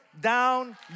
down